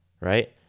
right